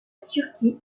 turquie